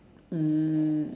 mm